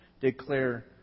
declare